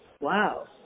Wow